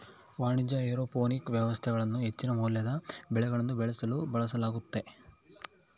ವಾಣಿಜ್ಯ ಏರೋಪೋನಿಕ್ ವ್ಯವಸ್ಥೆಗಳನ್ನು ಹೆಚ್ಚಿನ ಮೌಲ್ಯದ ಬೆಳೆಗಳನ್ನು ಬೆಳೆಸಲು ಬಳಸಲಾಗ್ತತೆ